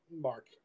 Mark